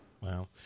Wow